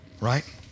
right